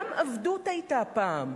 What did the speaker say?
וגם עבדות היתה פעם,